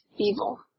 evil